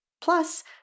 plus